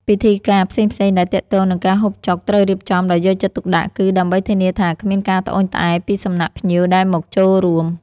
ពិធីការផ្សេងៗដែលទាក់ទងនឹងការហូបចុកត្រូវរៀបចំដោយយកចិត្តទុកដាក់ គឺដើម្បីធានាថាគ្មានការត្អូញត្អែរពីសំណាក់ភ្ញៀវដែលមកចូលរួម។